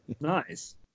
Nice